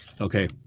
Okay